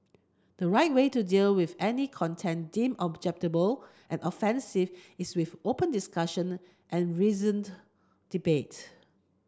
the right way to deal with any content deemed objectionable and offensive is with open discussion and reasoned debate